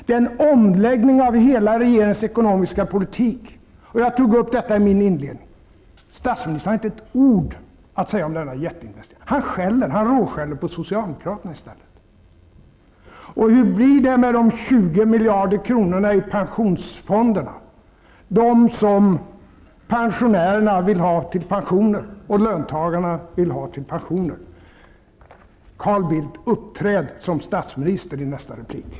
Det är en omläggning av regeringens hela ekonomiska politik. Jag tog upp detta i min inledning. Statsministern har inte ett ord att säga om denna jätteinvestering. Han råskäller på socialdemokraterna i stället. Och hur blir det med de 20 miljarderna i pensionsfonderna, de pengar som pensionärerna och löntagarna vill ha till pensioner? Carl Bildt! Uppträd som statsminister i nästa replik!